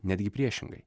netgi priešingai